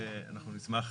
ונשמח